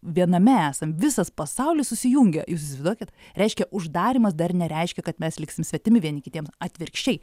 viename esam visas pasaulis susijungia jūs įsivaizduokit reiškia uždarymas dar nereiškia kad mes liksim svetimi vieni kitiems atvirkščiai